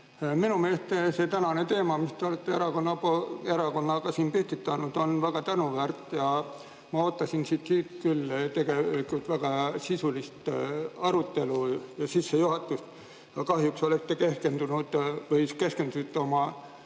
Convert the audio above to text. Minu meelest see tänane teema, mis te olete erakonnaga siin püstitanud, on väga tänuväärt ja ma ootasin siit tegelikult väga sisulist arutelu ja sissejuhatust. Kahjuks keskendusite oma